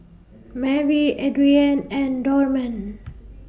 Marry Adrianne and Dorman